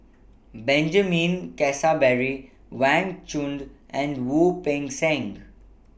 Benjamin Keasberry Wang Chunde and Wu Peng Seng